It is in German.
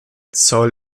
zoll